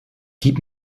gib